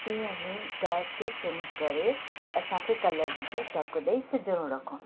तीअं ई गैस खे सिम करे असां खे कलर विझी ढकु ॾेई सिजणो रखिणो आ